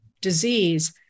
disease